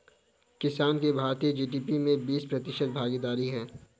किसान की भारतीय जी.डी.पी में बीस प्रतिशत भागीदारी है